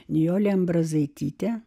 nijolė ambrazaitytė